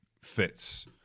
fits